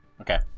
Okay